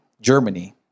Germany